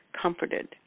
comforted